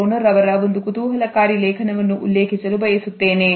Bronner ಅವರ ಒಂದು ಕುತೂಹಲಕಾರಿ ಲೇಖನವನ್ನು ಉಲ್ಲೇಖಿಸಲು ಬಯಸುತ್ತೇನೆ